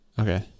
Okay